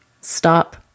Stop